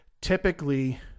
typically